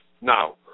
Now